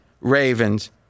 Ravens